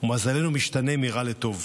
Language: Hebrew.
ומזלנו משתנה מרע לטוב.